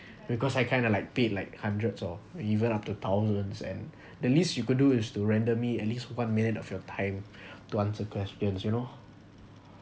because I kind of like paid like hundreds or even up to thousands and the least you could do is to render me at least one minute of your time to answer questions you know